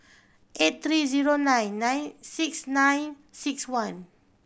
eight three zero nine nine six nine six one